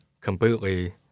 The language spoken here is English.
completely